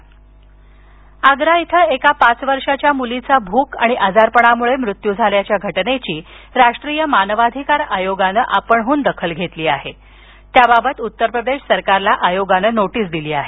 आयोग आग्रा इथं एका पाचवर्षीय मुलीचा भूक आणि आजारपणामुळे मृत्यू झाल्याच्या घटनेची राष्ट्रीय मानवाधिकार आयोगानं आपणहून दाखल घेतली असून त्याबाबत उत्तर प्रदेश सरकारला नोटीस दिली आहे